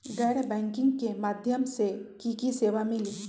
गैर बैंकिंग के माध्यम से की की सेवा मिली?